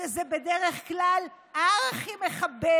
שהוא בדרך כלל ארכי-מחבל,